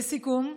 לסיכום,